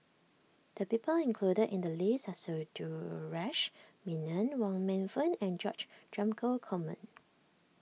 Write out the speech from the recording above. the people included in the list are Sundaresh Menon Wong Meng Voon and George Dromgold Coleman